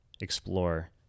explore